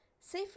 Say